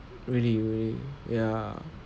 really really ya